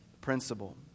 principle